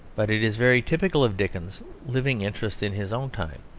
but it is very typical of dickens's living interest in his own time,